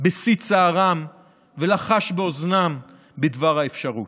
בשיא צערן ולחש באוזנן בדבר האפשרות.